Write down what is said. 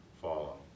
follow